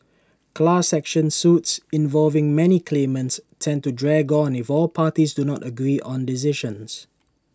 class action suits involving many claimants tend to drag on if all parties do not agree on decisions